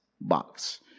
box